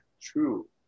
true